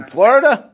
Florida